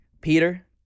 Peter